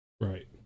Right